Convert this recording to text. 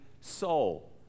soul